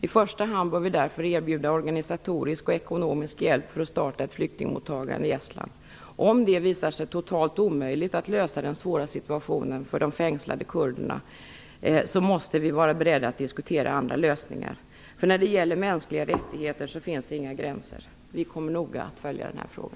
I första hand bör vi därför erbjuda organisatorisk och ekonomisk hjälp för att starta ett flyktingmottagande i Estland. Om det visar sig totalt omöjligt att lösa den svåra situationen för de fängslade kurderna, måste vi vara beredda att diskutera andra lösningar. När det gäller mänskliga rättigheter finns det inga gränser. Vi kommer noga att följa denna fråga.